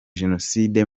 génocide